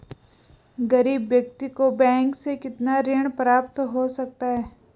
गरीब व्यक्ति को बैंक से कितना ऋण प्राप्त हो सकता है?